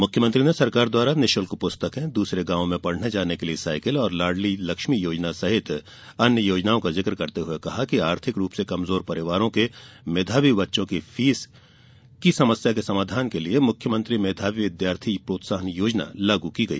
मुख्यमंत्री ने सरकार द्वारा निरूशुल्क पुस्तकें दूसरे गाँव पढ़ने जाने के लिये साईकिलें लाड़ली लक्ष्मी योजना आदि योजनाओं का जिक करते हुए कहा कि आर्थिक रूप से कमजोर परिवारों के मेधावी बच्चों की फीस की समस्या के समाधान के लिये मुख्यमंत्री मेधावी विद्यार्थी प्रोत्साहन योजना लागू की गई